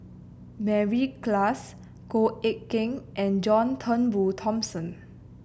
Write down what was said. Mary Klass Goh Eck Kheng and John Turnbull Thomson